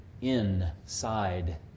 inside